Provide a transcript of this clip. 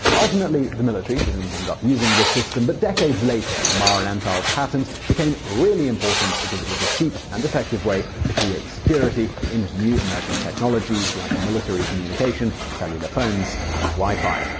ultimately, the military didn't end up using the system. but decades later, lamarr and antheil's patent became really important because it was a cheap and effective way to create security in new emerging technologies like military communication, cellular phones, and wifi.